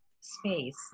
space